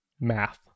math